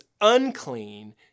unclean